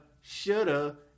shoulda